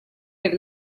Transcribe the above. per